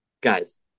Guys